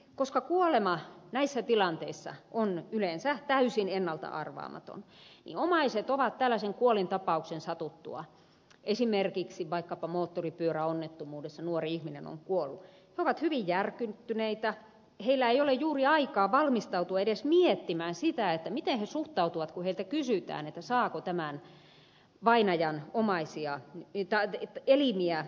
koska kuolema näissä tilanteissa on yleensä täysin ennalta arvaamaton niin omaiset ovat tällaisen kuolintapauksen satuttua kun esimerkiksi vaikkapa moottoripyöräonnettomuudessa nuori ihminen on kuollut he ovat hyvin järkyttyneitä heillä ei ole juuri aikaa valmistautua edes miettimään sitä että miten he suhtautuvat kun heiltä kysytään että saako tämän vainajan elimiä irrottaa